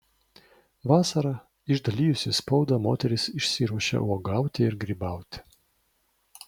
vasarą išdalijusi spaudą moteris išsiruošia uogauti ir grybauti